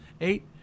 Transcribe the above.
eight